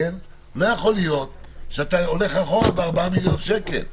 לא יכול להיות שאתה הולך אחורה ב-4 מיליון שקל,